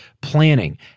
planning